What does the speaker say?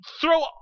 throw